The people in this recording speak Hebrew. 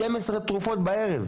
12 תרופות בערב.